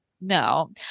No